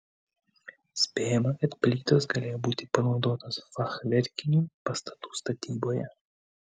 spėjama kad plytos galėjo būti panaudotos fachverkinių pastatų statyboje